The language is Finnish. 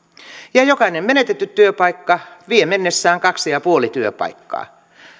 ja jokainen menetetty työpaikka vie mennessään kaksi pilkku viisi työpaikkaa